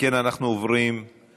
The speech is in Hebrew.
אם כן, אנחנו עוברים לדיון.